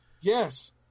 Yes